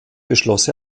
beschloss